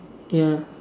ya